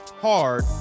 hard